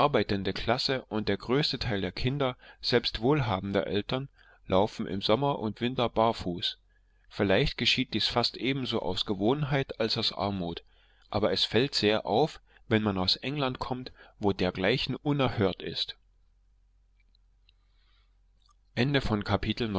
arbeitende klasse und der größte teil der kinder selbst wohlhabender eltern laufen sommer und winter barfuß vielleicht geschieht dies fast ebenso oft aus gewohnheit als aus armut aber es fällt sehr auf wenn man aus england kommt wo dergleichen unerhört ist